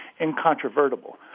incontrovertible